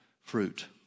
fruit